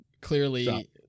clearly